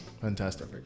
Fantastic